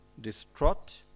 distraught